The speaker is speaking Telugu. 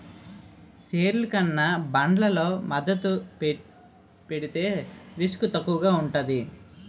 షేర్లు కన్నా బాండ్లలో మదుపు పెడితే రిస్క్ తక్కువగా ఉంటాది